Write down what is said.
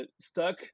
stuck